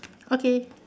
okay